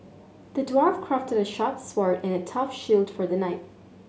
the dwarf crafted a sharp sword and a tough shield for the knight